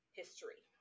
history